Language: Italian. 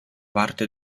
parte